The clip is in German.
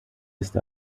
ist